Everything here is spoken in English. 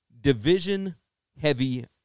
division-heavy